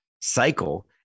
cycle